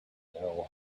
know